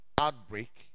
outbreak